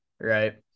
right